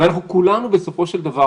כולנו בסופו של דבר,